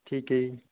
ਠੀਕ ਹੈ ਜੀ